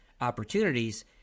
opportunities